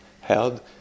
held